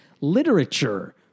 literature